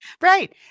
Right